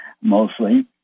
mostly